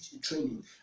training